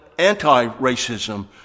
Anti-racism